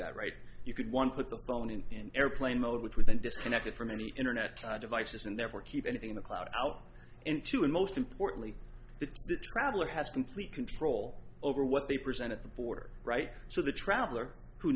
that right you could one put the phone in airplane mode which we've been disconnected from any internet devices and therefore keep anything in the cloud out into and most importantly the traveler has complete control over what they present at the border right so the traveler who